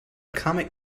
comet